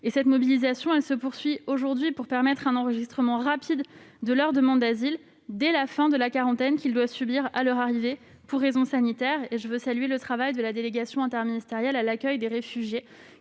Cette mobilisation se poursuit aujourd'hui pour permettre un enregistrement rapide de leur demande d'asile dès la fin de la quarantaine qu'ils doivent subir à leur arrivée pour raisons sanitaires. Je veux saluer le travail de la délégation interministérielle à l'accueil et à